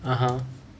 (uh huh)